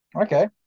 Okay